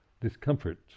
discomfort